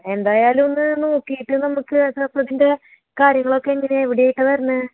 എന്തായാലും ഒന്ന് നോക്കീട്ട് നമുക്ക് അതാപ്പോൾ ഇതിൻറ്റെ കാര്യങ്ങളൊക്കെ എങ്ങനാണ് എവിടായിട്ടാണ് വരണത്